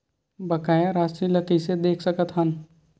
बकाया राशि ला कइसे देख सकत हान?